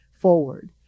forward